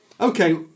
okay